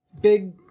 Big